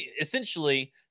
essentially